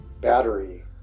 battery